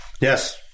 Yes